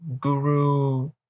guru